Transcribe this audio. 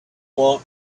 want